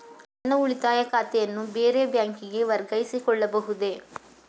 ನನ್ನ ಉಳಿತಾಯ ಖಾತೆಯನ್ನು ಬೇರೆ ಬ್ಯಾಂಕಿಗೆ ವರ್ಗಾಯಿಸಿಕೊಳ್ಳಬಹುದೇ?